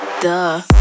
Duh